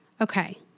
Okay